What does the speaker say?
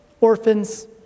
orphans